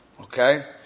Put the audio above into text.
okay